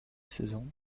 saison